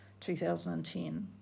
2010